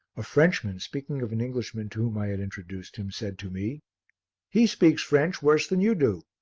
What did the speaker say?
a frenchman, speaking of an englishman to whom i had introduced him, said to me he speaks french worse than you do.